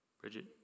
Bridget